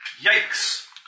Yikes